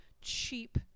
cheap